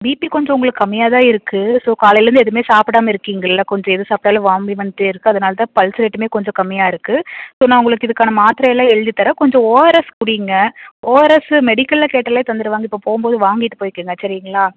BP கொஞ்சம் உங்களுக்கு கம்மியாகதான் இருக்குது ஸோ காலையிலேருந்து எதுவுமே சாப்பிடாம இருக்கீங்கள்லே கொஞ்சம் எது சாப்பிட்டாலும் வாந்தி வந்துகிட்டே இருக்குது அதனாலதான் பல்ஸ் ரேட்டுமே கொஞ்சம் கம்மியாக இருக்குது ஸோ நான் உங்களுக்கு இதுக்கான மாத்திரையெல்லாம் எழுதி தரேன் கொஞ்சம் ஓஆர்எஸ் குடிங்க ஓஆர்எஸ்ஸு மெடிக்கலில் கேட்டாலே தந்துடுவாங்க இப்போ போகும்போது வாங்கிட்டு போய்க்கோங்க சரிங்களா